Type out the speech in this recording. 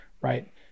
right